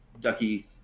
Ducky